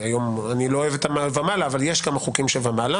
אני לא אוהב את המילה "ומעלה" אבל יש כמה חוקים שהם "ומעלה".